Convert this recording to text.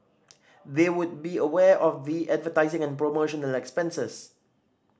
they would be aware of the advertising and promotional expenses